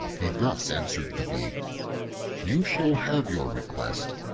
he thus answered the bee you shall have your request,